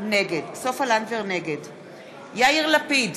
נגד יאיר לפיד,